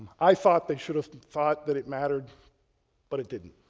i thought they should have thought that it mattered but it didn't,